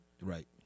Right